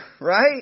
right